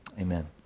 amen